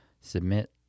submit